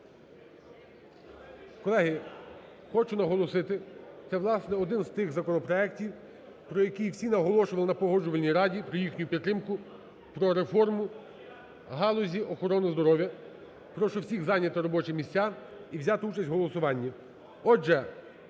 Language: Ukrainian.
Колеги, хочу наголосити, це, власне, один з тих законопроектів, про які всі наголошували на Погоджувальній раді про їхню підтримку, про реформу в галузі охорони здоров'я. Прошу всіх зайняти робочі місця і взяти участь в голосуванні,